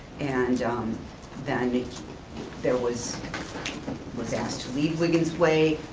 and um then and there was was asked to leave wiggins way.